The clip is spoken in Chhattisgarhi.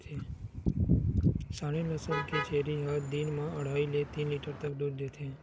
सानेन नसल के छेरी ह दिन म अड़हई ले तीन लीटर तक दूद देथे